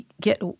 get –